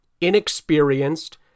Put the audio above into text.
inexperienced